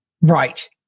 Right